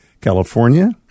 California